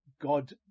God